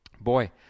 Boy